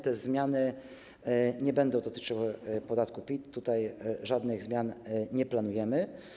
Te zmiany nie będą dotyczyły podatku PIT, tutaj żadnych zmian nie planujemy.